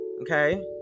okay